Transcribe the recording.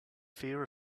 fear